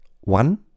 One